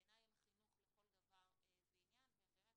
בעיניי הם חינוך לכל דבר ועניין והם באמת